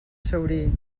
saurí